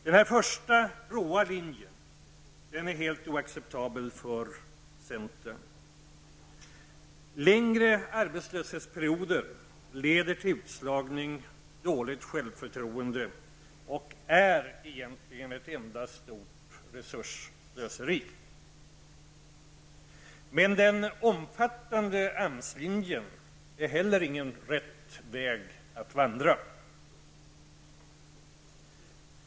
Den första, råa linjen är helt oacceptabel för centern. Längre arbetslöshetsperioder leder till utslagning och dåligt självförtroende och är egentligen ett enda stort resursslöseri. Men den omfattande AMS-linjen är heller inte rätt väg att vandra.